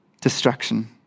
destruction